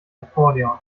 akkordeon